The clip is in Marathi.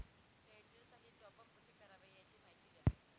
एअरटेलसाठी टॉपअप कसे करावे? याची माहिती द्या